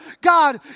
God